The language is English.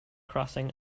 crossing